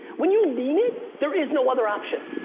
when you mean it, there is no other option.